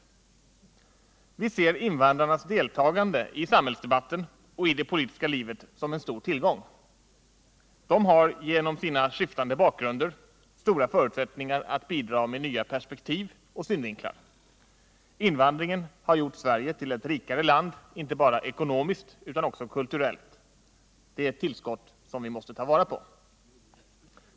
Vi ser invandrarnas deltagande i samhällsdebatten och i det politiska livet som en stor tillgång. De har genom sina skiftande bakgrunder stora förutsättningar att bidra med nya perspektiv och synvinklar. Invandringen har gjort Sverige tillett rikare land inte bara ekonomiskt utan också kulturellt. Det är tillskott som vi måste ta vara på.